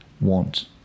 want